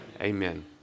Amen